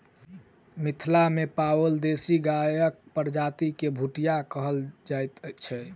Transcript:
मिथिला मे पाओल देशी गायक प्रजाति के भुटिया कहल जाइत छै